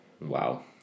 Wow